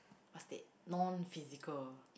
what's it non physical